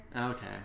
Okay